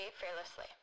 fearlessly